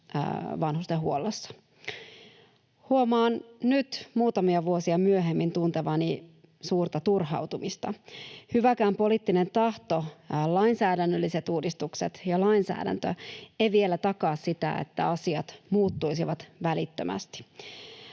vanhustenhuollossa. Huomaan nyt muutamia vuosia myöhemmin tuntevani suurta turhautumista. Hyväkään poliittinen tahto, lainsäädännölliset uudistukset ja lainsäädäntö eivät vielä takaa sitä, että asiat muuttuisivat välittömästi.